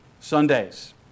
Sundays